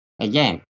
again